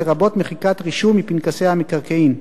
לרבות מחיקת רישום מפנקסי המקרקעין.